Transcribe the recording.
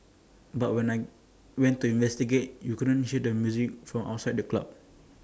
but when I went to investigate you couldn't hear the music from outside the club